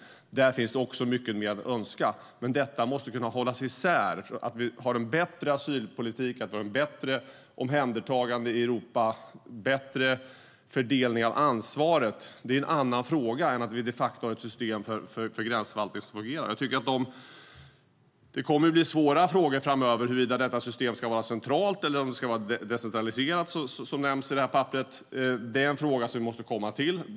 Där finns det också mycket mer att önska, men detta måste kunna hållas isär. Att vi har en bättre asylpolitik, ett bättre omhändertagande i Europa och bättre fördelning av ansvaret är en annan fråga än att vi de facto har ett system för gränsförvaltning som fungerar. Det kommer att bli en svår fråga framöver huruvida detta system ska vara centralt eller om det ska vara decentraliserat, som nämns i meddelandet från kommissionen. Det är en fråga som vi måste komma till.